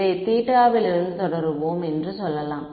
இதைத் θ ல் இருந்து தொடருவோம் என்று சொல்லலாம்